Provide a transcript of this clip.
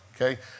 Okay